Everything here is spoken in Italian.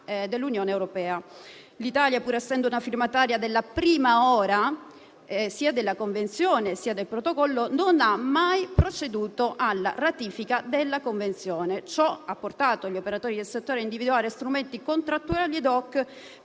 dell'Unione europea. L'Italia, pur essendo una firmataria della prima ora sia della convenzione, sia del protocollo, non ha mai proceduto alla ratifica della convenzione. Ciò ha portato gli operatori del settore a individuare strumenti contrattuali *ad hoc*